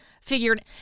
figured